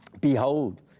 Behold